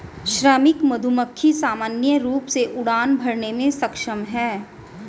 श्रमिक मधुमक्खी सामान्य रूप से उड़ान भरने में सक्षम हैं